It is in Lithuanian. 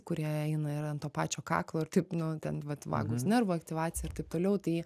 kurie eina ir ant to pačio kaklo ir taip nu ten vat vagus nervo aktyvacija ir taip toliau tai